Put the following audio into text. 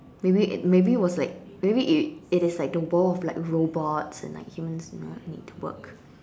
maybe it maybe it was like maybe it it is like the world of like robots and like humans do not need to work